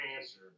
answer